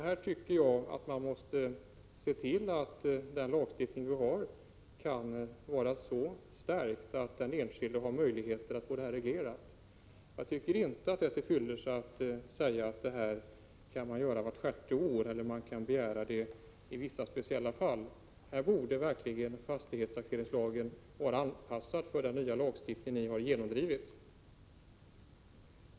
Jag tycker att vi måste se till att lagstiftningen stärks, så att den enskilde har möjligheter att få detta förhållande reglerat. Det är inte till fyllest att säga att det här kan man göra vart sjätte år eller att man kan begära att det görs i vissa speciella fall. Här borde fastighetstaxeringslagen verkligen vara anpassad till den nya lagstiftning som ni har genomdrivit.